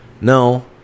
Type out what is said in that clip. no